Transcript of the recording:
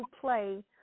play